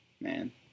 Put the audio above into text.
Man